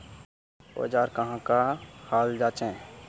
औजार कहाँ का हाल जांचें?